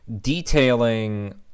detailing